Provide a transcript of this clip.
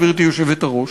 גברתי היושבת-ראש,